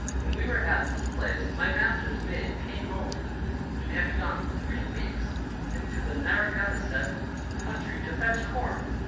when we were at this place, my master's maid came home she had been gone three weeks into the narragansett country to fetch corn,